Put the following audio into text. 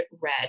red